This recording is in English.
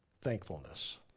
thankfulness